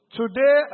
today